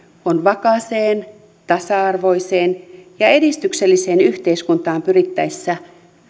on vakaaseen tasa arvoiseen ja edistykselliseen yhteiskuntaan pyrittäessä